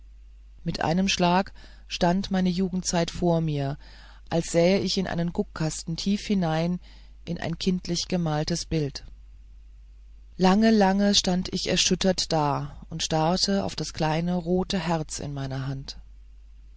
mit einem schlag stand meine jugendzeit vor mir als sähe ich in einen guckkasten tief hinein in ein kindlich gemaltes bild lange lange stand ich erschüttert da und starrte auf das kleine rote herz in meiner hand